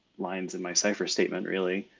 lines in my cipher statement, really.